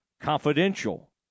Confidential